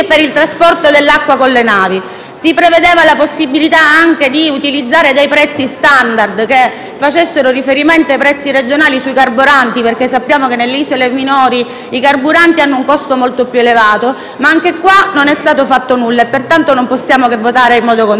Si prevedeva anche la possibilità di utilizzare dei prezzi *standard* che facessero riferimento ai prezzi regionali sui carburanti, perché sappiamo che nelle isole minori i carburanti hanno un costo molto più elevato. Anche qui, però, non è stato fatto nulla e, pertanto, non possiamo che votare in modo contrario.